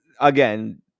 again